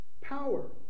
Power